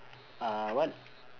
uh what